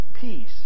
peace